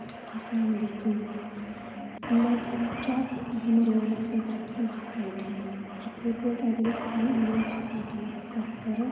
اَسلام علیکُم مَزہبُک چھُ اکھ اَہم رول آسان پرٛٮ۪تھ کُنہِ سوسایٹی منٛز یِتھٕے پٲٹھۍ اَگرَے سانہِ اِنڈین سوسایٹی ہنز تہِ کَتھ کرو